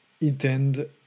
intend